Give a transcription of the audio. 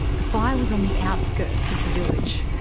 the fire was on the outskirts of the village.